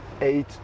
eight